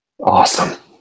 Awesome